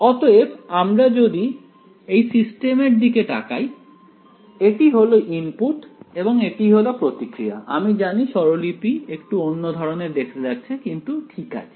অতএব আমরা যদি এই সিস্টেমের দিকে তাকাই এটি হলো ইনপুট এবং এটি হলো প্রতিক্রিয়া আমি জানি স্বরলিপি একটু অন্য ধরনের দেখতে লাগছে কিন্তু ঠিক আছে